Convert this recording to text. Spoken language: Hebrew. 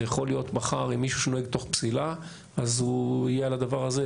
זה יכול להיות מחר עם מישהו שנוהג תוך פסילה אז הוא יהיה על הדבר הזה,